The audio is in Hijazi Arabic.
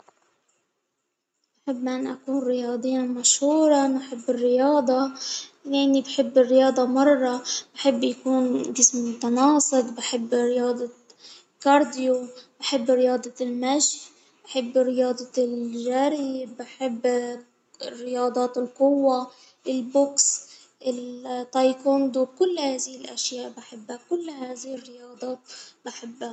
أحب أن أكون رياضيا مشهورا، أحب الرياضة يعني بحب الرياضة مرة، بحب يكون جسمي متناسق، بحب رياضة كارديو، بحب رياضة المشي، بيحب رياضة الجري بحب رياضات القوة وكل هذه الأشياء بحبها، كل هذه الرياضات بحبها.